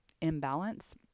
imbalance